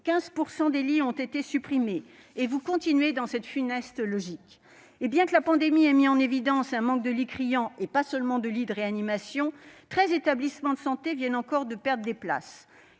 15 % des lits ont été supprimés. Et vous continuez dans cette funeste logique. Bien que la pandémie ait mis en évidence un manque de lits criant, et pas seulement de lits de réanimation, 13 établissements de santé viennent encore de perdre des places.